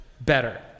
better